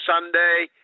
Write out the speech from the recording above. Sunday